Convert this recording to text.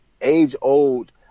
age-old